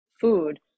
food